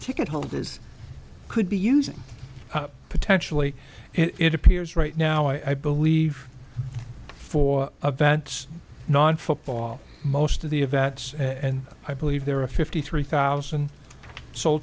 ticket holders could be using potentially it appears right now i believe for advance non football most of the events and i believe there are a fifty three thousand so